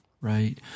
Right